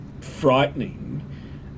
frightening